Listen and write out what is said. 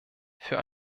für